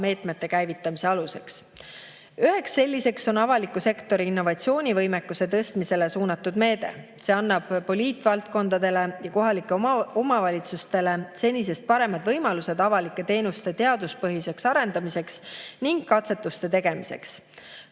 meetmete käivitamise aluseks. Üks selliseid on avaliku sektori innovatsioonivõimekuse tõstmisele suunatud meede. See annab poliitikavaldkondadele ja kohalikele omavalitsustele senisest paremad võimalused avalike teenuste teaduspõhiseks arendamiseks ning katsetuste tegemiseks.